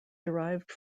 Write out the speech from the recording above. derived